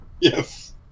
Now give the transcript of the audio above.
Yes